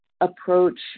approach